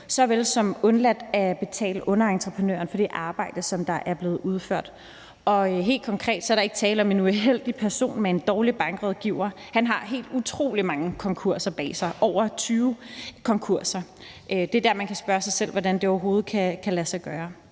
løn og undladt at betale underentreprenører for det arbejde, som er blevet udført. Helt konkret er der ikke tale om en uheldig person med en dårlig bankrådgiver; han har helt utrolig mange konkurser bag sig – over 20 konkurser. Det er der, man kan spørge sig selv, hvordan det overhovedet kan lade sig gøre.